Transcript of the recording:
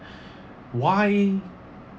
why